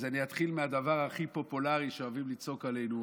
אז אני אתחיל מהדבר הכי פופולרי שאוהבים לצעוק עלינו,